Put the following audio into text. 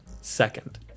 second